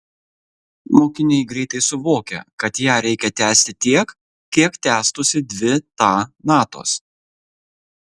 mokiniai greitai suvokia kad ją reikia tęsti tiek kiek tęstųsi dvi ta natos